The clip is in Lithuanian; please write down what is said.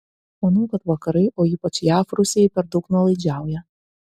manau kad vakarai o ypač jav rusijai per daug nuolaidžiauja